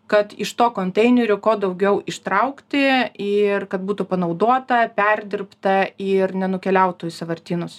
kad iš to konteinerio kuo daugiau ištraukti ir kad būtų panaudota perdirbta ir nenukeliautų į sąvartynus